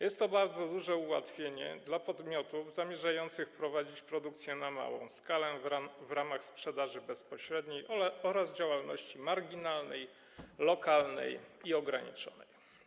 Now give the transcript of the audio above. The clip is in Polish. Jest to bardzo duże ułatwienie dla podmiotów zamierzających prowadzić produkcję na małą skalę, w ramach sprzedaży bezpośredniej oraz działalności marginalnej, lokalnej i ograniczonej.